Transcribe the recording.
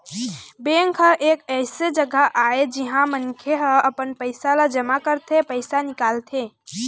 bank ह एक अइसन जघा आय जिहाँ मनखे ह अपन पइसा ल जमा करथे, पइसा निकालथे